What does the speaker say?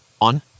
on